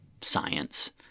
science